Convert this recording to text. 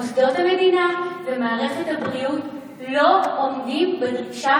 מוסדות המדינה ומערכת הבריאות לא עומדים בדרישה